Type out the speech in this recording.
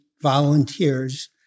volunteers